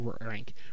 Rank